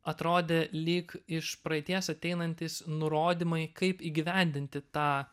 atrodė lyg iš praeities ateinantys nurodymai kaip įgyvendinti tą